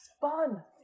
Fun